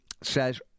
says